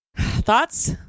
Thoughts